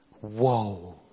Whoa